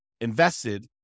invested